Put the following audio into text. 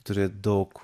turi daug